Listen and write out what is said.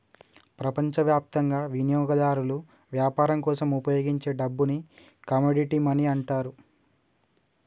ప్రపంచవ్యాప్తంగా వినియోగదారులు వ్యాపారం కోసం ఉపయోగించే డబ్బుని కమోడిటీ మనీ అంటారు